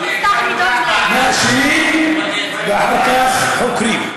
מאשימים ואחר כך חוקרים.